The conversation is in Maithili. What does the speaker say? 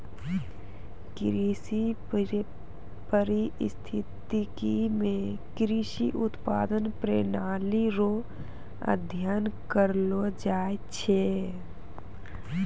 कृषि परिस्थितिकी मे कृषि उत्पादन प्रणाली रो अध्ययन करलो जाय छै